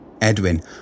Edwin